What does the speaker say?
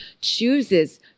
chooses